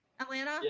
Atlanta